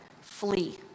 flee